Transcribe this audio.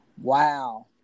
Wow